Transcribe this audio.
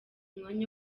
mwanya